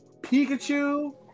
Pikachu